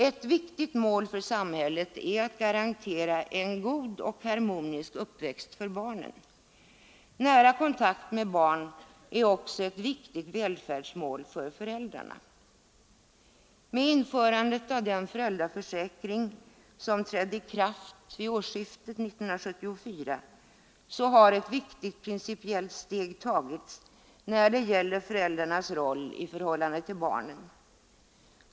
Ett viktigt mål för samhället är att garantera en god och harmonisk uppväxt för barnen. Nära kontakt med barnen är också ett viktigt välfärdsmål för föräldrarna. Med införandet av den föräldraförsäkring som trädde i kraft vid årsskiftet 1974 har ett viktigt principiellt steg tagits när det gäller föräldrarnas roll i förhållande till barnen.